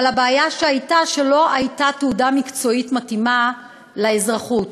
אבל הבעיה הייתה שלא הייתה תעודה מקצועית מתאימה לאזרחות.